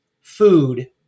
food